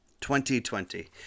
2020